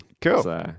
cool